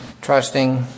trusting